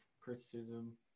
criticism